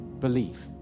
belief